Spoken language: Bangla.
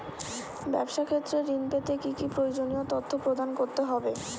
ব্যাবসা ক্ষেত্রে ঋণ পেতে কি কি প্রয়োজনীয় তথ্য প্রদান করতে হবে?